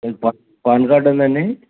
మీ PAN card ఉందా అండి